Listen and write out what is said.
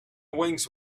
wings